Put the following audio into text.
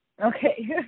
Okay